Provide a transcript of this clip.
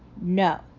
no